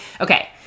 Okay